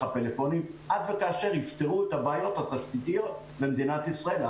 הפלאפונים עד וכאשר יפתרו את בעיית התשתיות במדינת ישראל.